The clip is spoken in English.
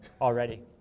already